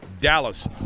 Dallas